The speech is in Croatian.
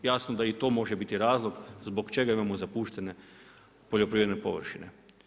Jasno da i to može biti razlog zbog čega imamo zapuštene poljoprivredne površine.